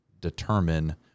determine